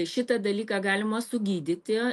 šitą dalyką galima sugydyti